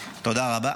תודה רבה.